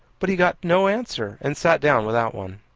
but he got no answer, and sat down without one.